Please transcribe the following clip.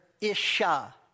isha